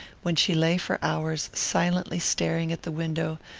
when she lay for hours silently staring at the window,